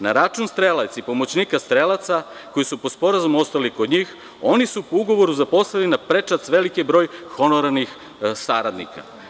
Na račun strelaca i pomoćnika strelaca koji su po sporazumu ostali kod njih, oni su po ugovoru zaposlili na prečac veliki broj honorarnih saradnika.